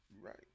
right